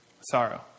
sorrow